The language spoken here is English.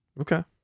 Okay